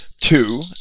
Two